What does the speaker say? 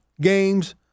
games